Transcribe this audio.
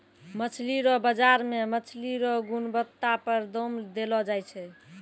मछली रो बाजार मे मछली रो गुणबत्ता पर दाम देलो जाय छै